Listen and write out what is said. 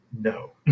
no